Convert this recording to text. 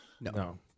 No